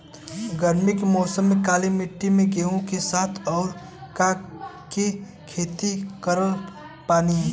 गरमी के मौसम में काली माटी में गेहूँ के साथ और का के खेती कर सकत बानी?